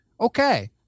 okay